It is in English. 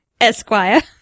Esquire